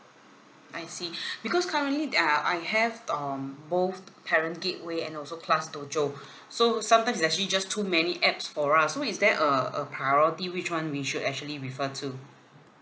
I see because currently they are I have um both parent gateway and also classdojo so sometimes it's actually just too many apps for us so is there a a priority which [one] we should actually refer to